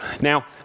Now